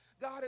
God